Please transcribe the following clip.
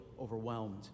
overwhelmed